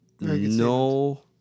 no